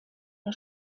der